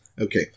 Okay